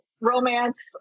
romance